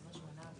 למה?